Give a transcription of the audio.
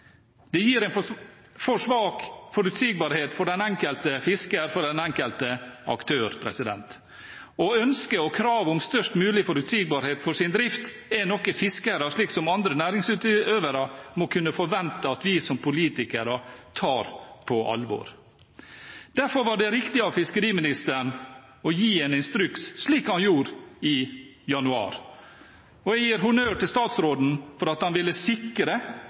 Det gir en for svak forutsigbarhet for den enkelte fisker og for den enkelte aktør. Ønsket og kravet om størst mulig forutsigbarhet for sin drift er noe som fiskere, slik som andre næringsutøvere, må kunne forvente at vi som politikere tar på alvor. Derfor var det riktig av fiskeriministeren å gi en instruks, slik han gjorde i januar. Jeg gir honnør til statsråden for at han ville sikre